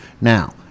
Now